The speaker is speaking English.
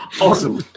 Awesome